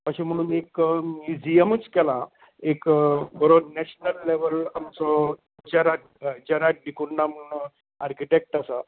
अशें म्हणून एक म्युजियमूच केला एक बरो नॅशनल लॅवल आमचो जॅराक जॅराक डिकूना म्हणून आरकिटेक्ट आसा